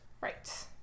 Right